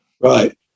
right